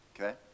okay